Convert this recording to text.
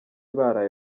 baraye